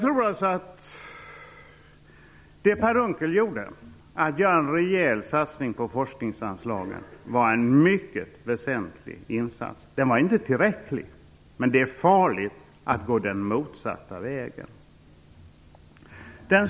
Per Unckel gjorde en rejäl satsning när det gällde forskningsanslagen. Det var en mycket väsentlig insats. Den var inte tillräcklig, men det är farligt att gå den motsatta vägen.